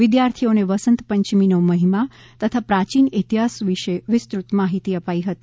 વિદ્યાર્થીઓને વસંત પંચમીનો મહિમા તથા પ્રાચીન ઇતિહાસ વિશે વિસ્તૃત માહિતી અપાઇ હતી